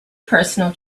personal